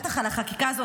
בטח על החקיקה הזאת,